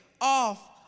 off